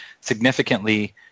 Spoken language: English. significantly